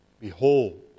Behold